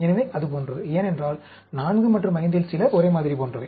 எனவே அது போன்றது ஏனென்றால் 4 மற்றும் 5 இல் சில ஒரேமாதிரி போன்றவை